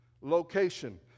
Location